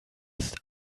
ist